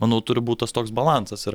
manau turi būt tas toks balansas ir